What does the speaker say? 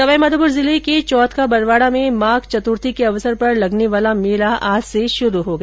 सवाईमाघोपुर जिले के चौथ का बरवास्न में माघ चतुर्थी के अवसर पर लगने वाला मेला आज से ग्रुरू हुआ